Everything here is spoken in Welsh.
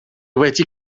wedi